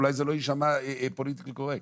אולי זה לא ישמע פוליטיקלי קורקט.